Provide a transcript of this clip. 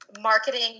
marketing